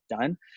done